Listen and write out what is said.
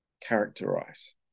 characterize